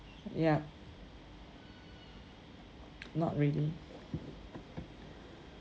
ya not really